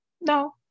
No